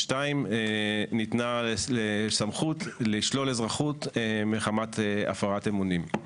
ניתנה סמכות לשלול אזרחות מחמת הפרת אמונים.